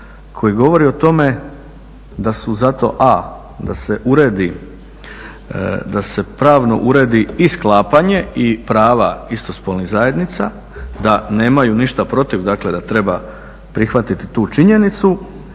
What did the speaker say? koji govori o tome da su za to a da se pravno uredi i sklapanje i prava istospolnih zajednica, da nemaju ništa protiv dakle da treba prihvatiti tu činjenicu